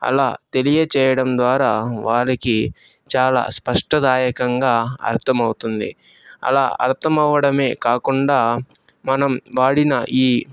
అలా తెలియచేయడం ద్వారా వారికి చాలా స్పష్టదాయకంగా అర్ధమవుతుంది అలా అర్ధమవ్వడమే కాకుండా మనం వాడిన ఈ